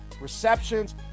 receptions